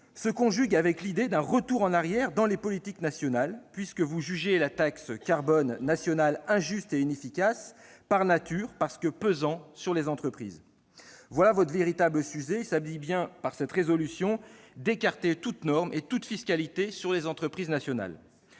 se conjugue avec l'idée d'un retour en arrière dans les politiques nationales. En effet, vous jugez la taxe carbone nationale injuste et inefficace par nature, dans la mesure où elle pèse sur les entreprises. Voilà votre véritable sujet : il s'agit bien, par cette résolution, d'écarter toute norme et toute fiscalité pour les entreprises nationales.